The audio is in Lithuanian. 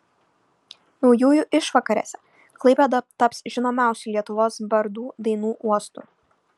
naujųjų išvakarėse klaipėda taps žinomiausių lietuvos bardų dainų uostu